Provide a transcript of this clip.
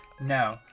No